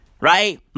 Right